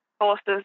horses